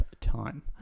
time